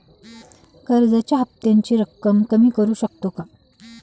कर्जाच्या हफ्त्याची रक्कम कमी करू शकतो का?